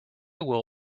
will